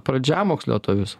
pradžiamokslio to viso